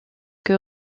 que